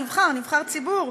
נבחר ציבור,